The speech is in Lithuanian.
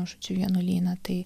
žodžiu vienuolyną tai